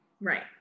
Right